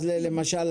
למשל,